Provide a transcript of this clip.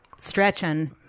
stretching